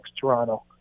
toronto